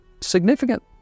significant